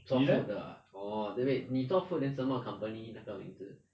做 food 的 ah orh then wait 你做 food then 什么 company 那个名字